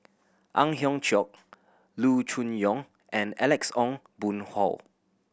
Ang Hiong Chiok Loo Choon Yong and Alex Ong Boon Hau